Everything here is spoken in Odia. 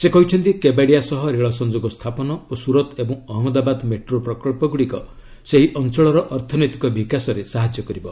ସେ କହିଛନ୍ତି କେବାଡ଼ିଆ ସହ ରେଳ ସଂଯୋଗ ସ୍ଥାପନ ଓ ସ୍ତରତ୍ ଏବଂ ଅହମ୍ମଦାବାଦ ମେଟୋ ପ୍ରକଳ୍ପଗ୍ରଡ଼ିକ ସେହି ଅଞ୍ଚଳର ଅର୍ଥନୈତିକ ବିକାଶରେ ସାହାଯ୍ୟ କରିବ